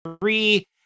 Three